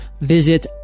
Visit